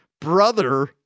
brother